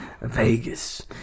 vegas